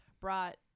brought